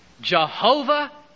Jehovah